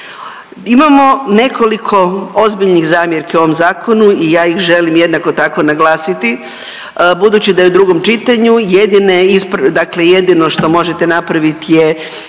Imamo nekoliko ozbiljnih zamjerki ovom zakonu i ja ih želim jednako tako naglasiti. Budući da je u drugom čitanju jedine, dakle jedino što možete napraviti je